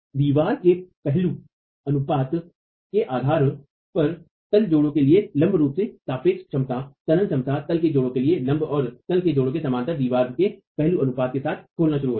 दीवार के पहलू अनुपात के आधार पर तल जड़ों के लिए लम्ब रूप से सापेक्ष क्षमता तनन सामर्थ्य तल के जोड़ों के लिए लम्ब और तल के जोड़ों के समानांतर दीवार के पहलू अनुपात के साथ खेलना शुरू होता है